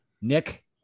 Nick